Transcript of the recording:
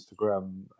Instagram